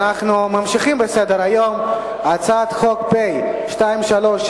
אנחנו ממשיכים בסדר-היום: הצעת חוק פ/2377,